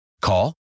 Call